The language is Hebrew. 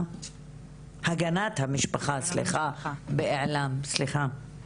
ולמען גילוי נאות, מראם היא הבת שלי.